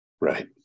Right